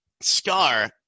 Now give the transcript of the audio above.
Scar